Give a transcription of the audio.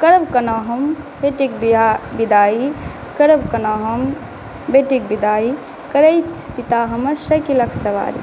करब कोना हम बेटीक बियाह बिदाई करब कोना हम बेटीक बिदाई करथि पिता हमर साइकिलक सवारी